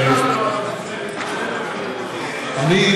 אני,